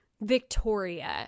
Victoria